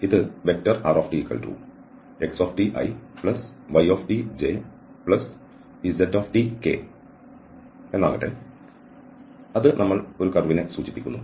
ഇത് rtxtiytjztk ആകട്ടെ അത് നമ്മൾ ഒരു കർവിനെ സൂചിപ്പിക്കുന്നു